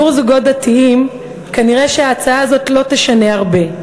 לזוגות דתיים כנראה ההצעה הזו לא תשנה הרבה.